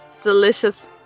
delicious